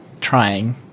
trying